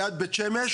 ליד בית שמש,